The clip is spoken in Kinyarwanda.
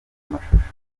mashusho